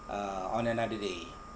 uh on another day